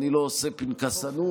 אני לא עושה פנקסנות,